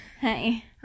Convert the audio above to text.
Hey